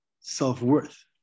self-worth